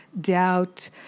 doubt